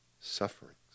Sufferings